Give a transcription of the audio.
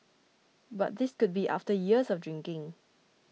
but this could be after years of drinking